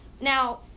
Now